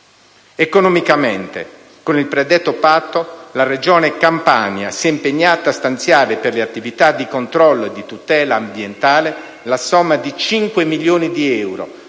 Economicamente, con il predetto patto la Regione Campania si è impegnata a stanziare, per le attività di controllo e di tutela ambientale, la somma di 5 milioni di euro,